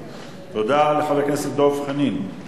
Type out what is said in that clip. תודה לחבר הכנסת דב חנין.